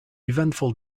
eventful